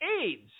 AIDS